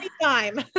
anytime